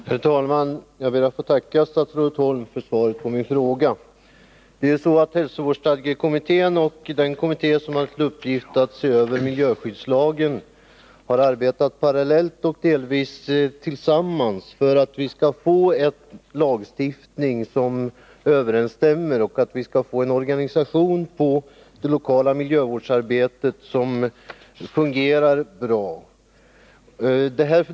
Herr talman! Jag ber att få tacka statsrådet Holm för svaret på min fråga. Det är så att hälsovårdsstadgekommittén och den kommitté som haft till uppgift att se över miljöskyddslagen har arbetat parallellt och delvis tillsammans för att vi skall få en lagstiftning som överensstämmer och en organisation för det lokala miljövårdsarbetet som fungerar bra.